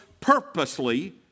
purposely